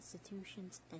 institutions